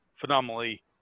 phenomenally